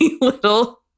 little